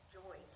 joy